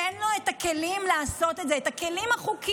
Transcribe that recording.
תן לו את הכלים לעשות את זה, את הכלים החוקיים,